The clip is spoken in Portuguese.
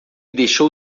deixou